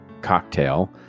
cocktail